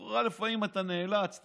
לפעמים אתה נאלץ,